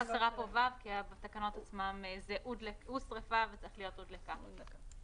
כי בתקנות עצמן זה "ושריפה" וזה צריך להיות "ודלקה".